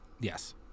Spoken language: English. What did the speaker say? Yes